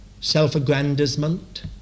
self-aggrandizement